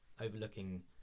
overlooking